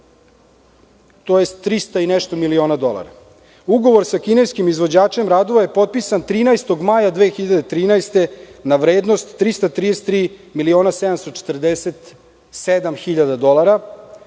tj. trista i nešto miliona dolara. Ugovor sa kineskim izvođačem radova je potpisan 13. maja 2013. godine, na vrednost 333.747.000 dolara.